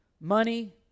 money